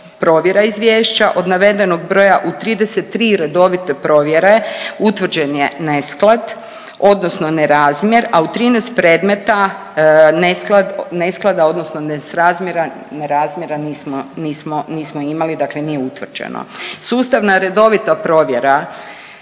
provjera izvješća. Od navedenog broja u 33 redovite provjere utvrđen je nesklad odnosno nerazmjer, a u 13 predmeta nesklad, nesklada odnosno nesrazmjera, nerazmjera nismo, nismo imali dakle nije utvrđeno. Sustavna redovita provjera